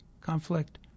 conflict